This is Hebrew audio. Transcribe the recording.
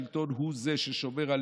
ההיגיון זה שעושים בדיוק הפוך ממה שמצהירים